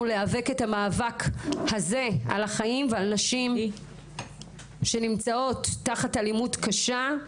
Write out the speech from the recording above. להיאבק את המאבק הזה על החיים ועל נשים שנמצאות תחת אלימות קשה.